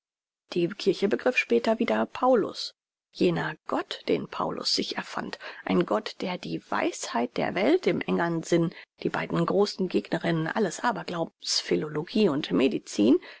die kirche begriff später wieder paulus jener gott den paulus sich erfand ein gott der die weisheit der welt im engern sinn die beiden großen gegnerinnen alles aberglaubens philologie und